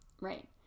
right